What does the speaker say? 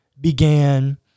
began